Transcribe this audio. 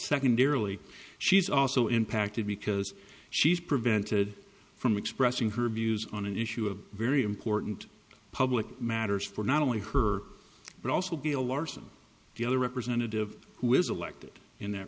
secondarily she's also impacted because she's prevented from expressing her views on an issue of very important public matters for not only her but also be a larson the other representative who is elected in that